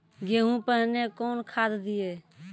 गेहूँ पहने कौन खाद दिए?